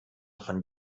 von